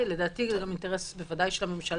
לדעתי זה גם אינטרס בוודאי של הממשלה,